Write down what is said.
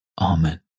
Amen